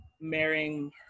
marrying